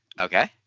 Okay